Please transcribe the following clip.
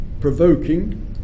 provoking